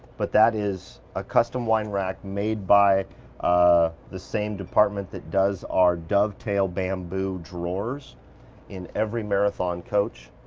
but that is a custom wine rack made by ah the same department that does our dovetail bamboo drawers in every marathon coach.